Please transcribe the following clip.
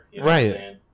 Right